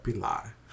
Pilar